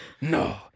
no